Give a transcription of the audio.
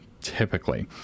typically